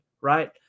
right